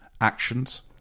actions